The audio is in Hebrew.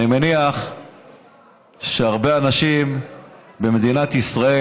אני מניח שהרבה אנשים במדינת ישראל,